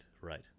right